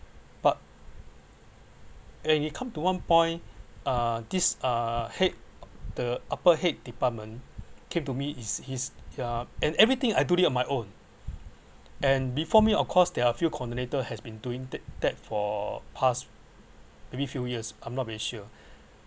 but and you come to one point uh this uh head the upper head department came to me it's his uh and everything I do it on my own and before me of course there are a few coordinator has been doing that that for past maybe few years I'm not very sure